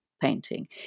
painting